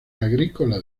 agrícola